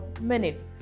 minute